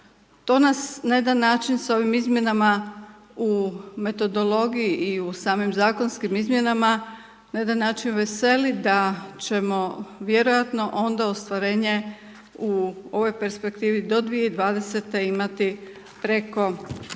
To nas na jedan način s ovim izmjenama u metodologiji i u samim zakonskim izmjenama na jedan način veseli da ćemo vjerojatno onda ostvarenje u ovoj perspektivi do 2020. imati preko